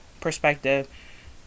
perspective